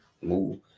move